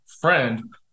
friend